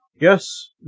Yes